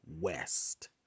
west